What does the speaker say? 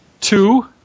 Two